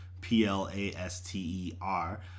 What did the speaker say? P-L-A-S-T-E-R